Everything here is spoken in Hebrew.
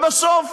ובסוף